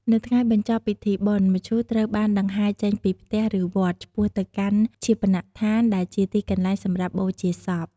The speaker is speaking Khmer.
នៅថ្ងៃបញ្ចប់ពិធីបុណ្យ មឈូសត្រូវបានដង្ហែចេញពីផ្ទះ ឬវត្ត ឆ្ពោះទៅកាន់ឈាបនដ្ឋាន ដែលជាទីកន្លែងសម្រាប់បូជាសព។